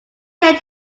care